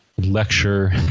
lecture